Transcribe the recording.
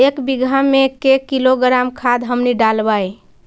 एक बीघा मे के किलोग्राम खाद हमनि डालबाय?